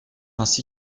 ainsi